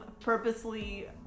purposely